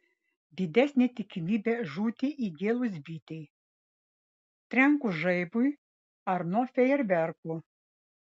didesnė tikimybė žūti įgėlus bitei trenkus žaibui ar nuo fejerverkų